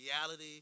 reality